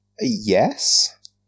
yes